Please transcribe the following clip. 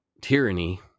tyranny